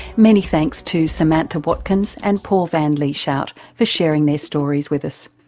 many thanks to samantha watkins and paul van lieshout for sharing their stories with us.